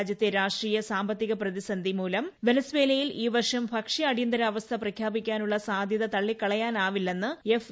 രാജ്യത്തെ രാഷ്ട്രീയ സാമ്പത്തിക പ്രതിസന്ധി മൂലം വെനസ്വേലയിൽ ഈ വർഷം ഭക്ഷ്യ അടിയന്തരാവസ്ഥ പ്രഖ്യാപിക്കാനുള്ള സാധ്യത തള്ളിക്കളയാനാവില്ലെന്ന് എഫ്